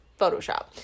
photoshop